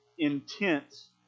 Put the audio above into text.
intense